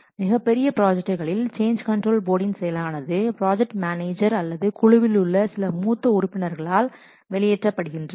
மிகப்பெரிய பிராஜெக்டுகளில் change control போடின் செயலானது ப்ராஜெக்ட் மேனேஜர் அல்லது குழுவிலுள்ள சில மூத்த உறுப்பினர்களால் வெளியேற்றப்படுகின்றது